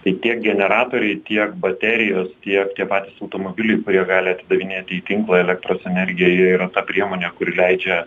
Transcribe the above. tai tiek generatoriai tiek baterijos tiek tie patys automobiliai kurie gali atidavinėti į tinklą elektros energiją jie yra ta priemonė kuri leidžia